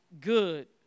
good